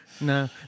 No